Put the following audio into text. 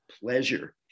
pleasure